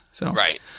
Right